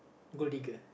goody girl